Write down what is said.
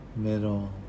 middle